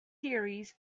theories